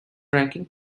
ranking